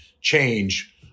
change